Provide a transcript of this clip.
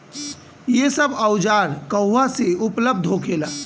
यह सब औजार कहवा से उपलब्ध होखेला?